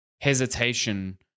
hesitation